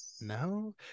No